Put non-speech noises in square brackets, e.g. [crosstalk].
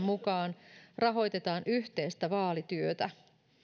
[unintelligible] mukaan rahoitetaan yhteistä vaalityötä